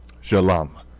Shalom